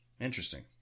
Interesting